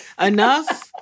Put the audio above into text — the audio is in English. Enough